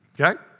Okay